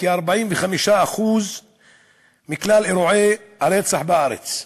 כ-45% מכלל אירועי הרצח בארץ.